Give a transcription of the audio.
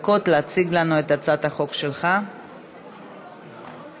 הצעת חוק הספורט (תיקון, פטור